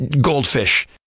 goldfish